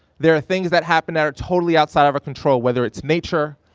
there are things that happen that are totally outside of our control. whether it's nature,